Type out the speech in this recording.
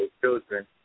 children